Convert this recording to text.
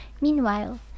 meanwhile